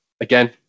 again